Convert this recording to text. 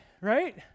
right